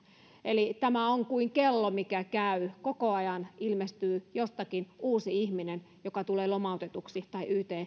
eli tämä on kuin kello mikä käy koko ajan ilmestyy jostakin uusi ihminen joka tulee lomautetuksi tai yt